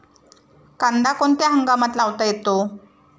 कांदा कोणत्या हंगामात लावता येतो?